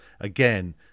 again